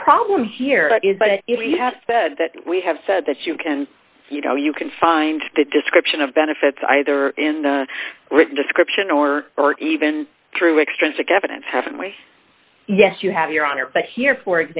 the problem here is but if we had said that we have said that you can you know you can find the description of benefits either in the written description or even through extrinsic evidence haven't we yes you have your honor but here for